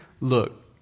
Look